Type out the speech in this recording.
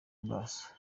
amaso